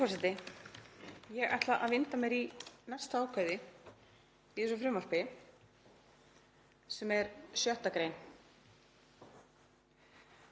Ég ætla að vinda mér í næsta ákvæði í þessu frumvarpi sem er 6. gr.